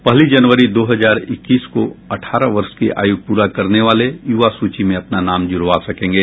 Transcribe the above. पहली जनवरी दो हजार इक्कीस को अठारह वर्ष की आयु पूरा करने वाले युवा सूची में अपना नाम जुड़वा सकेंगे